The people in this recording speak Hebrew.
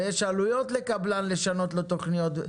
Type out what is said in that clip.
ויש עלויות לקבלן לשנות לו תוכניות.